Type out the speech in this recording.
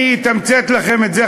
אני אתמצת לכם את זה,